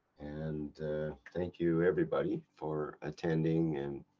and thank you everybody for attending and.